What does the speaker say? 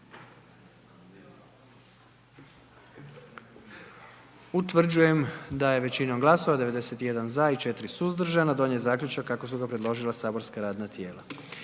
Utvrđujem da je većinom glasova 93 za i 1 suzdržani donijet zaključak kako ga je predložilo matično saborsko radno tijelo.